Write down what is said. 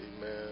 Amen